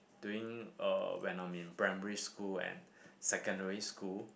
during uh when I'm in primary school and secondary school